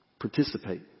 Participate